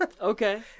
Okay